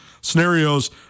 scenarios